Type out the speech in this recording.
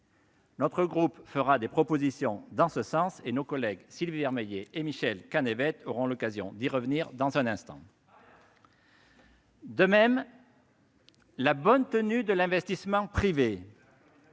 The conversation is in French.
Notre groupe fera des propositions en ce sens ; nos collègues Sylvie Vermeillet et Michel Canévet auront l'occasion d'y revenir dans un instant. Très bien ! De même, la bonne tenue de l'investissement privé